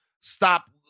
Stop